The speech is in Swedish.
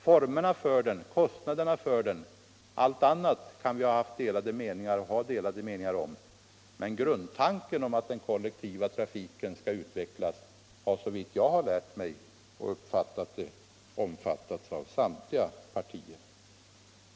Vi har haft delade meningar om t.ex. formerna och kostnaderna för kollektivtrafiken, men grundtanken om att den kollektiva trafiken skall utvecklas har såvitt jag förstår omfattats av samtliga partier.